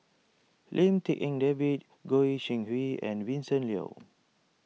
Lim Tik En David Goi Seng Hui and Vincent Leow